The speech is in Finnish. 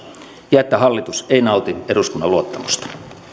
ja että hallitus ei nauti eduskunnan luottamusta